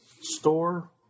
store